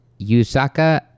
Yusaka